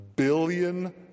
billion